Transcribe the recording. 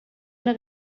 una